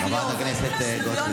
חברת הכנסת גוטליב.